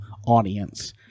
audience